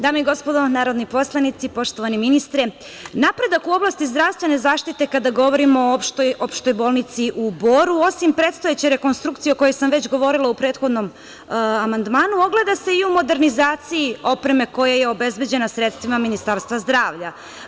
Dame i gospodo narodni poslanici, poštovani ministre, napredak u oblasti zdravstvene zaštite, kada govorimo o Opštoj bolnici u Boru, osim predstojeće rekonstrukcije o kojoj sam već govorila u prethodnom amandmanu, moglo je da se i o modernizaciji opreme koja je obezbeđena sredstvima Ministarstva zdravlja.